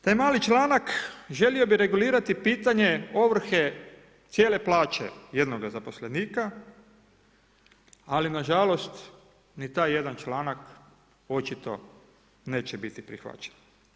Taj mali članak želio bi regulirati pitanje ovrhe cijele plaće jednoga zaposlenika, ali nažalost ni taj jedan članak očito neće biti prihvaćen.